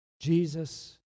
Jesus